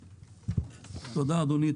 אדוני,